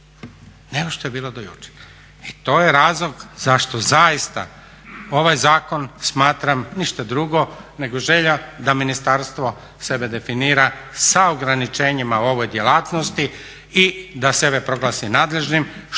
nego što je to bilo do jučer. I to je razlog zašto zaista ovaj zakon smatram ništa drugo nego želja da ministarstvo sebe definira sa ograničenjima u ovoj djelatnosti i da sebe proglasi nadležnim, što su